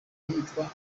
yitwa